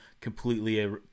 completely